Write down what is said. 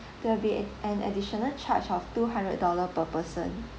there'll be a~ an additional charge of two hundred dollar per person